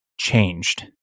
Changed